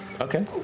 Okay